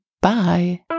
bye